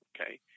Okay